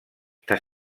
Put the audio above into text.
està